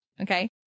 Okay